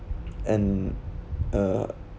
and uh